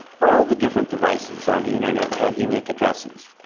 all the different devices on the internet have unique addresses.